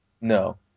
No